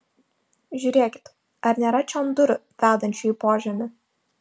žiūrėkit ar nėra čion durų vedančių į požemį